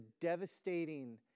devastating